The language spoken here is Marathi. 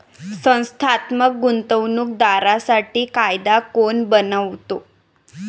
संस्थात्मक गुंतवणूक दारांसाठी कायदा कोण बनवतो?